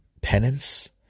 penance